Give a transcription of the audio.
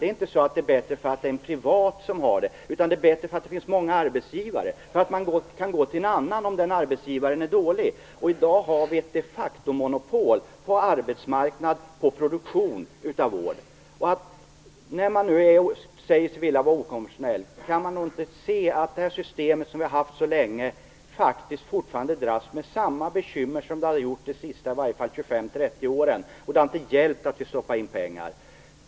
Det är inte så att allt är bättre för att det är privatägt, utan det är bättre därför att det finns många arbetsgivare. Då kan man gå till en annan arbetsgivare om ens egen är dålig. I dag har vi ett de facto-monopol på arbetsmarknad och produktion av vård. När man nu säger sig vilja vara okonventionell - kan man då inte se att det system vi har haft så länge faktiskt fortfarande dras med samma bekymmer som det har gjort i varje fall de senaste 25-30 åren? Det har inte hjälpt att stoppa in pengar.